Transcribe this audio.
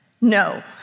no